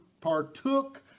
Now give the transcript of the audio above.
partook